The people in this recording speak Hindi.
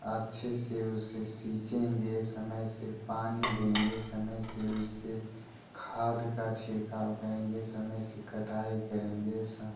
अच्छे से उसे सीचेंगे समय से पानी देंगे समय से उसे खाद का छिड़काव करेंगे समय से कटाई करेंगे ऐसा